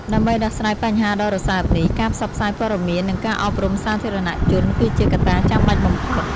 ដើម្បីដោះស្រាយបញ្ហាដ៏រសើបនេះ ការផ្សព្វផ្សាយព័ត៌មាន និងការអប់រំសាធារណជនគឺជាកត្តាចាំបាច់បំផុត។